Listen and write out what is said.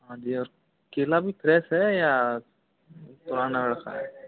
हाँ जी और केला भी फ्रेश है या पुराना रखा है